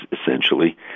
essentially